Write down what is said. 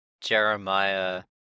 jeremiah